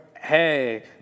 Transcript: hey